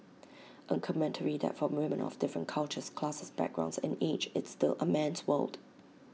A commentary that for women of different cultures classes backgrounds and age it's still A man's world